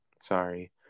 sorry